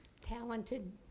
talented